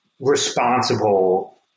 responsible